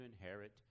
inherit